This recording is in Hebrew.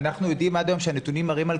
אנחנו יודעים עד היום שהנתונים מראים על